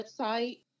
website